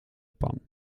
pan